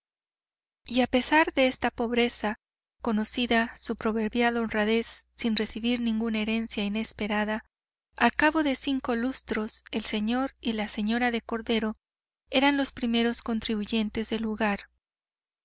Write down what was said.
y a pesar de esta pobreza conocida su proverbial honradez sin recibir ninguna herencia inesperada al cabo de cinco lustros el señor y la señora de cordero eran los primeros contribuyentes del lugar